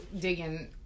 digging